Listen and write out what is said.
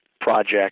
Project